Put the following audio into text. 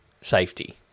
safety